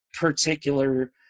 particular